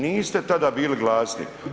Niste tada bili glasni.